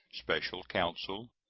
special counsel,